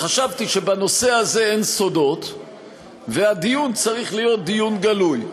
חשבתי שבנושא הזה אין סודות והדיון צריך להיות דיון גלוי.